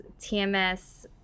TMS